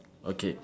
okay